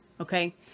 Okay